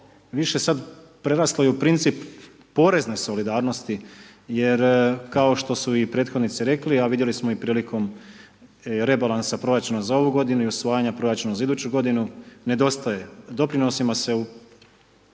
više sad preraslo i u princip porezne solidarnosti jer, kao što su i prethodnici rekli, a vidjeli smo i prilikom rebalansa proračuna za ovu godinu, i usvajanja proračuna za iduću godinu, nedostaje, doprinosima se